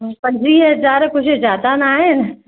पंजवीह हज़ार कुझु ज्यादा न आहिनि